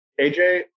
AJ